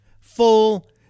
full